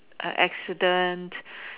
a accident